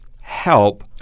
help